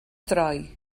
droi